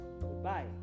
goodbye